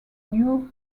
new